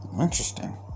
interesting